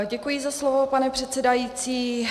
Děkuji za slovo, pane předsedající.